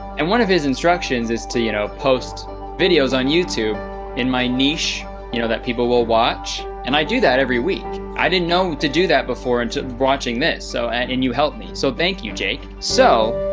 and one of his instructions is to, you know, post videos on youtube in my niche you know that people will watch. and i do that every week. i didn't know to do that before and watching this. so, and you helped me. so thank you, jake. so,